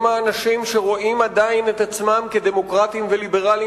אם האנשים שרואים עדיין את עצמם כדמוקרטים וליברלים